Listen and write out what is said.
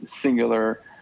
singular